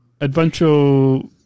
Adventure